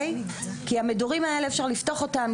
את המדורים האלה אפשר לפתוח אותם,